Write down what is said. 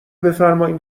بفرمایین